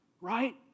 right